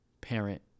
parent